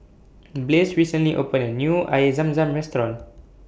Blaze recently opened A New Air Zam Zam Restaurant